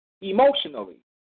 emotionally